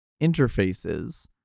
interfaces